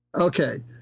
Okay